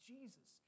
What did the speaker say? Jesus